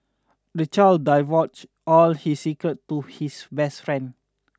the child divulged all his secrets to his best friend